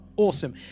awesome